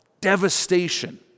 devastation